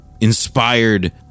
inspired